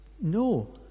No